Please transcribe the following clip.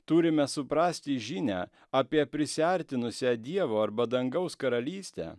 turime suprasti žinią apie prisiartinusią dievo arba dangaus karalystę